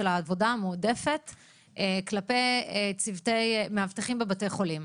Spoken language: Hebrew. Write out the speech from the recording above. העבודה המועדפת כלפי צוותי מאבטחים בבתי חולים?